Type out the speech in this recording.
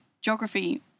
geography